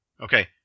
Okay